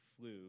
flew